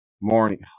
morning